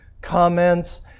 comments